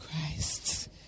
Christ